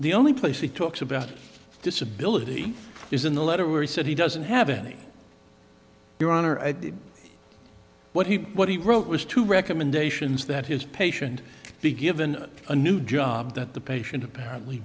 the only place he talks about disability is in the letter where he said he doesn't have any your honor i did what he what he wrote was two recommendations that his patient be given a new job that the patient apparently